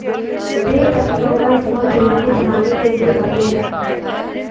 बे पत्तियों का इस्तेमाल बिरयानी बनाने के लिए करते हैं